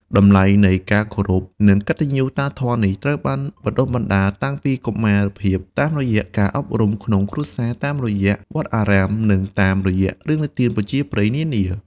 តម្លៃនៃការគោរព និងកតញ្ញុតាធម៌នេះ ត្រូវបានបណ្ដុះបណ្ដាលតាំងពីកុមារភាពតាមរយៈការអប់រំក្នុងគ្រួសារ តាមរយៈវត្តអារាម និងតាមរយៈរឿងនិទានប្រជាប្រិយនានា។